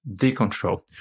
decontrol